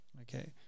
Okay